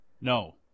No